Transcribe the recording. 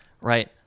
right